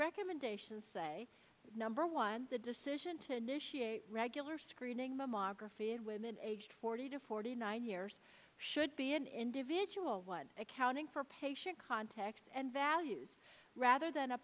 recommendation say number one the decision to initiate regular screening mammography of women aged forty to forty nine years should be an individual one accounting for patient context and values rather than a